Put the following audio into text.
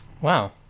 Wow